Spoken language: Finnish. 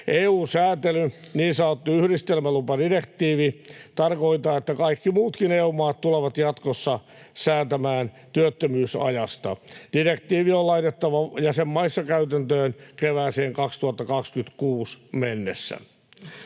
EU-sääntely, niin sanottu yhdistelmälupadirektiivi, tarkoittaa, että kaikki muutkin EU-maat tulevat jatkossa säätämään työttömyysajasta. Direktiivi on laitettava jäsenmaissa käytäntöön kevääseen 2026 mennessä.